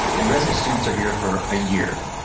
and resident students are here for a year.